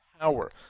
power